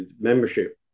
membership